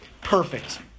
Perfect